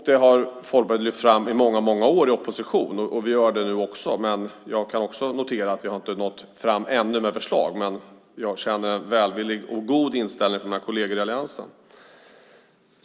Detta har Folkpartiet lyft fram i många år i opposition. Vi gör det nu också. Jag kan notera att vi ännu inte har nått fram med förslag, men jag känner en välvillig och god inställning från mina kolleger i alliansen.